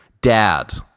dad